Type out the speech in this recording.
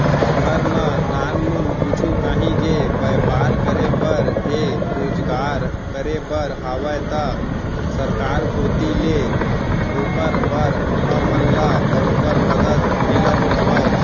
घर म नानमुन कुछु काहीं के बैपार करे बर हे रोजगार करे बर हावय त सरकार कोती ले ओकर बर हमन ल बरोबर मदद मिलत हवय